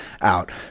out